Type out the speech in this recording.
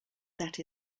that